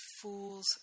fool's